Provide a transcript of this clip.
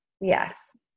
yes